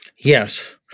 Yes